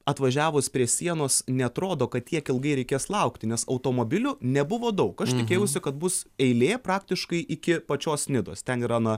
atvažiavus prie sienos neatrodo kad tiek ilgai reikės laukti nes automobilių nebuvo daug aš tikėjausi kad bus eilė praktiškai iki pačios nidos ten yra na